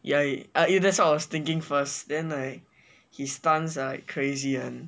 ya eh that's what I was thinking first then I his stance are like crazy [one]